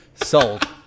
Sold